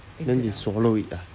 then they swallow it ah